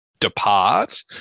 depart